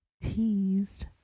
teased